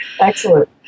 Excellent